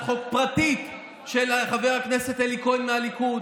חוק פרטית של חבר הכנסת אלי כהן מהליכוד,